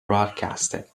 broadcasting